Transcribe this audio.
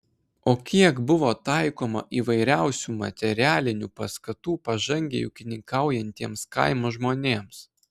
o kiek buvo taikoma įvairiausių materialinių paskatų pažangiai ūkininkaujantiems kaimo žmonėms